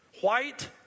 white